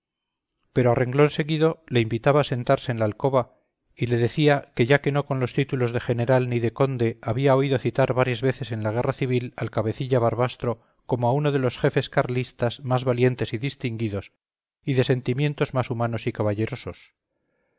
pero a renglón seguido le invitaba a sentarse en la alcoba y le decía que ya que no con los títulos de general ni de conde había oído citar varias veces en la guerra civil al cabecilla barbastro como a uno de los jefes carlistas más valientes y distinguidos y de sentimientos más humanos y caballerosos